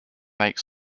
make